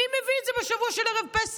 מי מביא את זה בשבוע של ערב פסח?